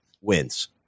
wins